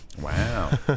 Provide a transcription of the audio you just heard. Wow